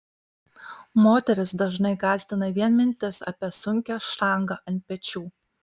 moteris dažnai gąsdina vien mintis apie sunkią štangą ant pečių